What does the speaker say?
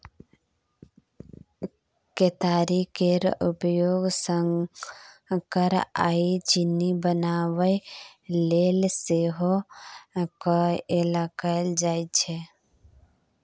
केतारी केर प्रयोग सक्कर आ चीनी बनाबय लेल सेहो कएल जाइ छै